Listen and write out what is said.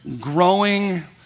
growing